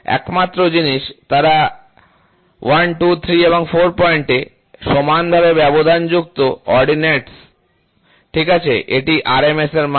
একমাত্র জিনিস তারা 123 এবং 4 পয়েন্টে সমানভাবে ব্যবধানযুক্ত অর্ডিনেটস ঠিক আছে এটি আরএমএস মান